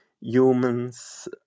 humans